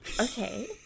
okay